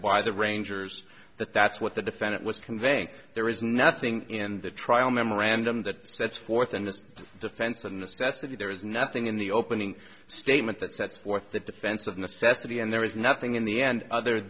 why the rangers that that's what the defendant was conveying there is nothing in the trial memorandum that sets forth in this defense a necessity there is nothing in the opening statement that sets forth the defense of necessity and there is nothing in the end other